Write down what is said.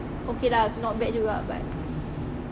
okay lah not bad juga but